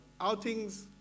outings